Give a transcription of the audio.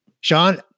Sean